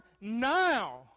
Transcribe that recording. now